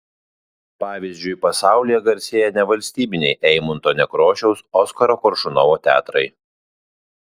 pavyzdžiui pasaulyje garsėja nevalstybiniai eimunto nekrošiaus oskaro koršunovo teatrai